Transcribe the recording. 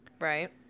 right